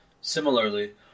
Similarly